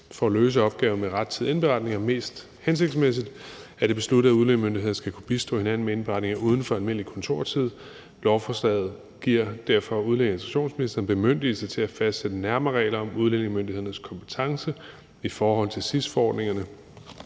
for at løse opgaven med rettidige indberetninger mest hensigtsmæssigt, er det besluttet, at udlændingemyndighederne skal kunne bistå hinanden med indberetninger uden for almindelig kontortid. Lovforslaget giver derfor udlændinge- og integrationsministeren bemyndigelse til at fastsætte nærmere regler om udlændingemyndighedernes kompetence i forhold til SIS-forordningerne.